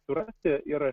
surasti ir